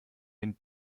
den